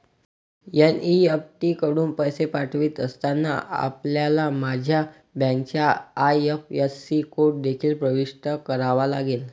NEFT कडून पैसे पाठवित असताना, आपल्याला माझ्या बँकेचा आई.एफ.एस.सी कोड देखील प्रविष्ट करावा लागेल